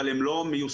אבל הם לא מיושמים.